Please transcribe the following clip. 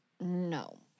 no